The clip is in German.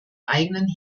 eigenen